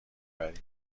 بری